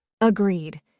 Agreed